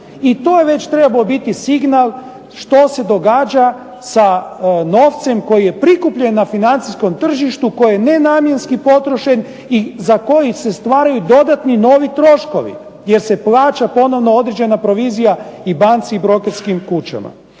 i to je već trebao biti signal što se događa sa novcem koji je prikupljen na financijskom tržištu koji je nenamjenski potrošen i za koji se stvaraju dodatni novi troškovi, jer se plaća ponovno određena provizija i banci i brokerskim kućama.